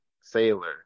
sailor